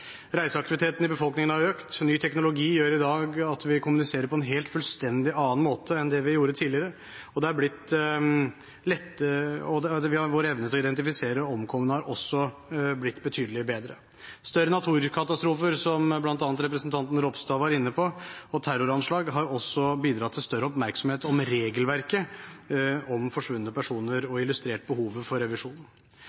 Reiseaktiviteten i befolkningen har økt. Ny teknologi gjør at vi i dag kommuniserer på en helt annen måte enn det vi gjorde tidligere, og vår evne til å identifisere omkomne er også blitt betydelig bedre. Større naturkatastrofer, som bl.a. representanten Ropstad var inne på, og terroranslag har også bidratt til større oppmerksomhet om regelverket om forsvunne personer og illustrert behovet for